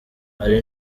hari